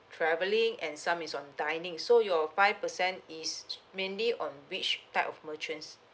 travelling and some is on dining so your five percent is mainly on which type of merchants